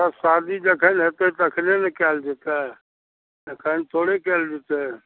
तब शादी जखन हेतै तखने ने कयल जेतै अखैन थोड़े कयल जेतै